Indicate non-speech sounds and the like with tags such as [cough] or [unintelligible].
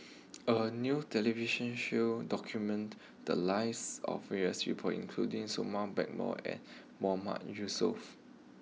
a new television show documented the lives of various people including [unintelligible] Blackmore and Mahmood Yusof